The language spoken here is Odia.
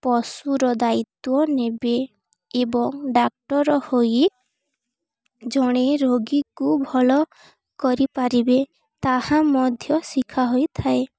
ପଶୁର ଦାୟିତ୍ୱ ନେବେ ଏବଂ ଡାକ୍ଟର ହୋଇ ଜଣେ ରୋଗୀକୁ ଭଲ କରିପାରିବେ ତାହା ମଧ୍ୟ ଶିଖା ହୋଇଥାଏ